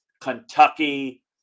Kentucky